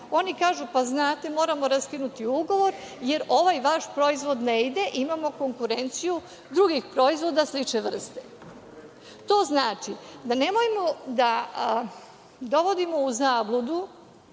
Oni kažu – pa znate, moramo raskinuti ugovor, jer ovaj vaš proizvod ne ide, imamo konkurenciju drugih proizvoda slične vrste. Nemojmo da dovodimo u zabludu